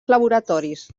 laboratoris